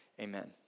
Amen